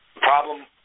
Problem